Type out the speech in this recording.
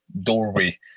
doorway